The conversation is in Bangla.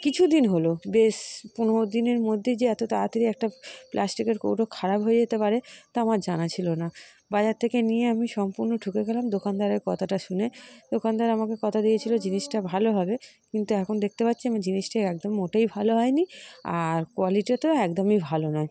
কিছু দিন হল বেশ পনেরো দিনের মধ্যেই যে এত তাড়াতাড়ি একটা প্লাস্টিকের কৌটো খারাপ হয়ে যেতে পারে তা আমার জানা ছিল না বাজার থেকে নিয়ে আমি সম্পূর্ণ ঠকে গেলাম দোকানদারের কথাটা শুনে দোকানদার আমাকে কথা দিয়েছিল জিনিসটা ভালো হবে কিন্তু এখন দেখতে পাচ্ছি আমি জিনিসটা একদম মোটেই ভালো হয়নি আর কোয়ালিটা তো একদমই ভালো নয়